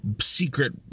secret